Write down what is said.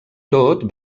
tot